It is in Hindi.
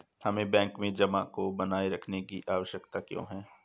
हमें बैंक में जमा को बनाए रखने की आवश्यकता क्यों है?